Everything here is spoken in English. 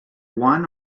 one